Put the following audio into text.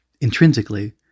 intrinsically